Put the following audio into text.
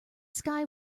sky